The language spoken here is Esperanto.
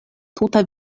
tuta